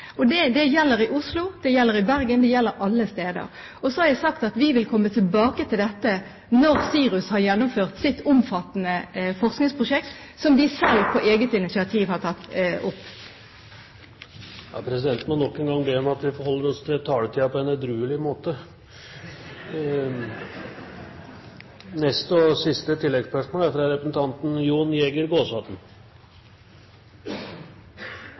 Det gjelder i Oslo, det gjelder i Bergen, det gjelder alle steder. Så har jeg sagt at vi vil komme tilbake til dette når SIRUS har gjennomført sitt omfattende forskningsprosjekt, som de selv på eget initiativ har tatt opp. Presidenten må nok en gang be om at man forholder seg til taletiden på en edruelig måte!